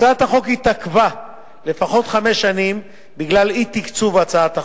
הצעת החוק התעכבה לפחות חמש שנים בגלל אי-תקצוב הצעת החוק.